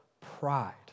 pride